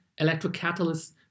electrocatalysts